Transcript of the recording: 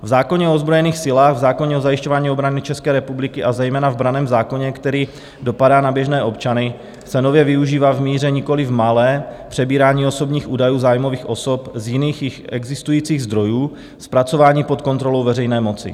V zákoně o ozbrojených silách, v zákoně o zajišťování obrany České republiky, a zejména v branném zákoně, který dopadá na běžné občany, se nově využívá v míře nikoliv malé přebírání osobních údajů zájmových osob z jiných již existujících zdrojů zpracování pod kontrolou veřejné moci.